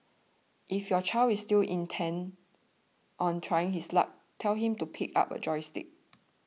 if your child is still intent on trying his luck tell him to pick up a joystick